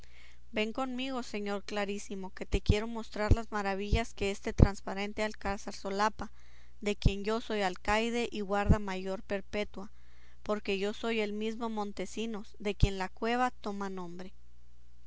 ven conmigo señor clarísimo que te quiero mostrar las maravillas que este transparente alcázar solapa de quien yo soy alcaide y guarda mayor perpetua porque soy el mismo montesinos de quien la cueva toma nombre